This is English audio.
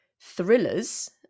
Thrillers